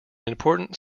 important